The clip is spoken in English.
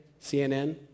CNN